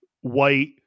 white